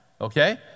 Okay